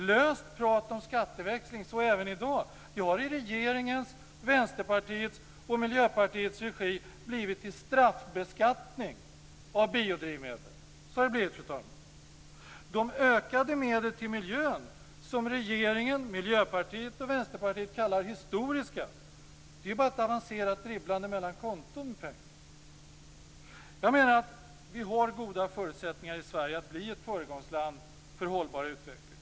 Löst prat om skatteväxling, så även i dag, har i regeringens, Vänsterpartiets och Miljöpartiets regi blivit till straffbeskattning av biodrivmedel. Så har det blivit, fru talman. De ökade medel till miljön som regeringen, Miljöpartiet och Vänsterpartiet kallar historiska är ju bara ett avancerat dribblande med pengar mellan konton. Jag menar att vi har goda förutsättningar i Sverige att bli ett föregångsland för en hållbar utveckling.